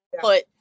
put